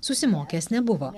susimokęs nebuvo